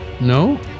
No